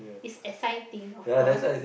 it's exciting of course